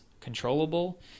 controllable